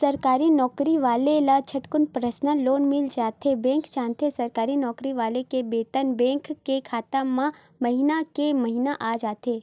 सरकारी नउकरी वाला ल झटकुन परसनल लोन मिल जाथे बेंक जानथे सरकारी नउकरी वाला के बेतन बेंक के खाता म महिना के महिना आ जाथे